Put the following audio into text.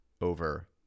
over